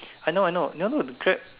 I know I know know the Grab